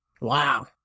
Wow